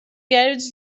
garage